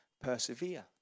Persevere